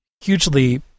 hugely